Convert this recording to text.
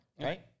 Right